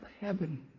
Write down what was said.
heaven